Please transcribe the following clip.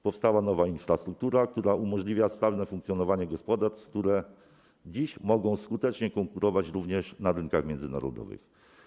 Powstała nowa infrastruktura, która umożliwia sprawne funkcjonowanie gospodarstw, które dziś mogą skutecznie konkurować również na rynkach międzynarodowych.